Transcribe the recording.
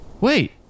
Wait